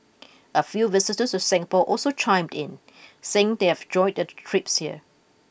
a few visitors to Singapore also chimed in saying they've enjoyed their trips here